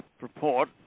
report